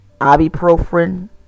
Ibuprofen